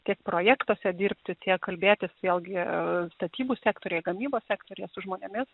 tiek projektuose dirbti tiek kalbėtis vėlgi statybų sektoriuje gamybos sektoriuje su žmonėmis